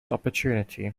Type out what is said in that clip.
opportunity